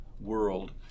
world